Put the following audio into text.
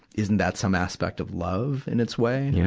isn't that some aspect of love, in its way? and yeah